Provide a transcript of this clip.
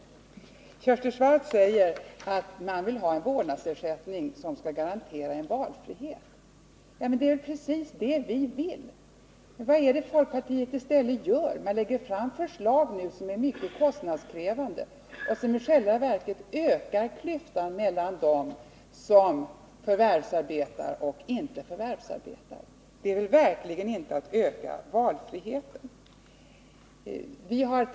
Kersti Swartz sade att man vill ha en vårdnadsersättning som garanterar valfrihet. Men det är ju precis det vi vill. Vad är det folkpartiet i stället gör? Det lägger fram förslag som är mycket kostnadskrävande och som i själva verket ökar klyftan mellan dem som förvärvsarbetar och dem som inte gör det. Detta är verkligen inte att öka valfriheten.